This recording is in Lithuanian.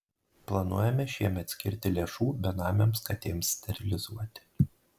planuojame šiemet skirti lėšų benamėms katėms sterilizuoti